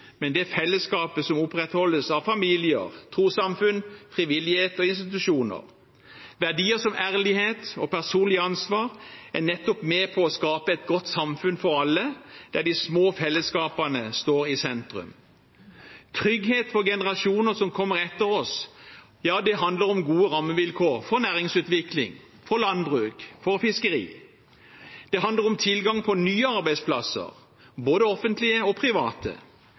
det er fellesskapet som opprettholdes av familier, trossamfunn, frivillighet og institusjoner. Verdier som ærlighet og personlig ansvar er nettopp med på å skape et godt samfunn for alle, der de små fellesskapene står i sentrum. Trygghet for generasjonene som kommer etter oss, handler om gode rammevilkår for næringsutvikling, for landbruk, for fiskeri. Det handler om tilgang på nye arbeidsplasser, både offentlige og private.